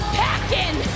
packing